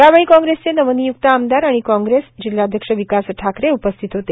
यावेळी काँग्रेसचे नवनिय्क्त आमदार आणि काँग्रेस जिल्हाध्यक्ष विकास ठाकरे उपस्थित होते